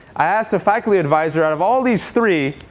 i asked a faculty advisor out of all these three,